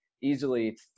easily